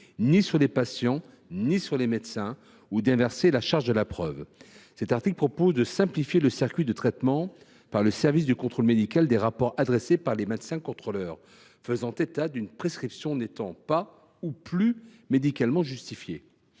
sur les patients ou sur les médecins, ou d’inverser la charge de la preuve. Cet article prévoit de simplifier le circuit de traitement par le service du contrôle médical des rapports adressés par les médecins contrôleurs faisant état d’une prescription n’étant pas ou plus médicalement justifiée.